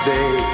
Day